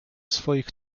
swoich